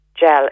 gel